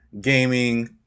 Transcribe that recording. gaming